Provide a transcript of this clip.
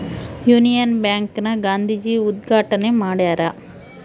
Union Bank ನ ಗಾಂಧೀಜಿ ಉದ್ಗಾಟಣೆ ಮಾಡ್ಯರ